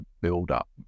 buildup